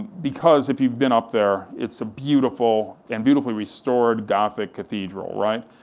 because if you've been up there, it's a beautiful and beautifully restored gothic cathedral, right?